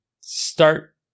start